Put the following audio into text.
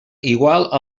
igual